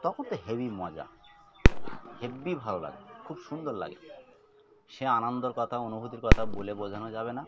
তখন তো হেভি মজা হেভি ভালো লাগে খুব সুন্দর লাগে সে আনন্দর কথা অনুভূতির কথা বলে বোঝানো যাবে না